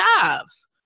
jobs